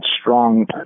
strong